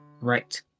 Right